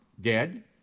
dead